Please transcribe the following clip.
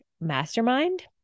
mastermind